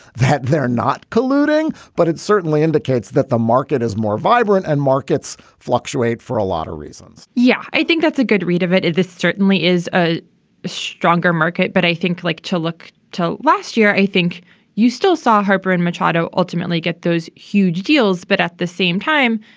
that they're not colluding but it certainly indicates that the market is more vibrant and markets fluctuate for a lot of reasons yeah, i think that's a good read of it. this certainly is a stronger market, but i think i like to look to last year. i think you still saw harper and machado ultimately get those huge deals, but at the same time,